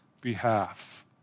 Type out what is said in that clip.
behalf